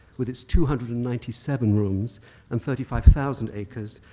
with its two hundred and ninety seven rooms and thirty five thousand acres,